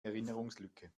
erinnerungslücke